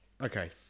Okay